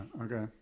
Okay